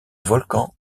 volcan